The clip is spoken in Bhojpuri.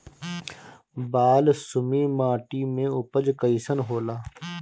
बालसुमी माटी मे उपज कईसन होला?